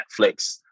Netflix